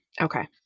Okay